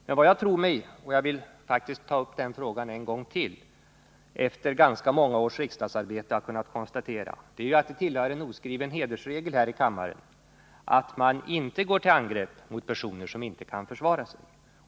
Men vad jag tror mig — jag vill faktiskt ta upp den frågan en gång till 1 — kunna konstatera efter ganska många års riksdagsarbete är att det är en oskriven hedersregel här i kammaren att man inte går till angrepp mot personer som inte kan försvara sig.